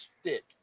stick